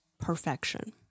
perfection